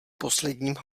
posledním